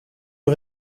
eut